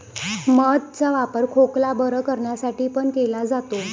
मध चा वापर खोकला बरं करण्यासाठी पण केला जातो